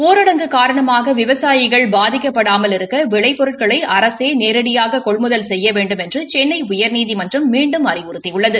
ஊரடங்கு காரணமாக விவசாயிகள் பாதிக்கப்படாமல் இருக்க விளை பொருட்களை அரசே நேரடியாக கொள்முதல் செய்ய வேண்டுமென்று சென்னை உயர்நீதிமன்றம் மீண்டும் அறிவுறுத்தியுள்ளது